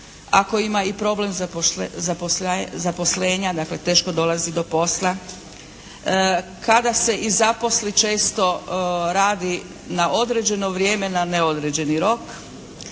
ako ima i problem zaposlenja dakle teško dolazi do posla. Kada se i zaposli često radi na određeno vrijeme na neodređeni rok,